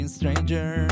stranger